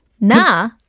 Na